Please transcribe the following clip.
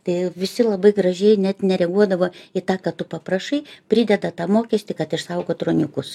tai visi labai gražiai net nereaguodavo į tą ką tu paprašai prideda tą mokestį kad išsaugot ruoniukus